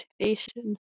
motivation